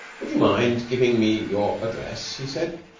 would you mind giving me your address? he said.